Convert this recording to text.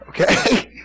Okay